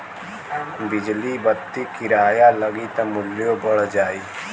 बिजली बत्ति किराया लगी त मुल्यो बढ़ जाई